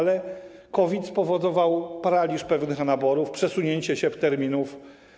Ale COVID spowodował paraliż pewnych naborów, przesunięcie się terminów.